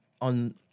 on